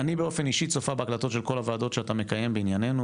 אני באופן אישי צופה בהקלטות של כל הוועדות שאתה מקיים בעניינינו,